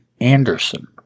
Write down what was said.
anderson